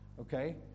okay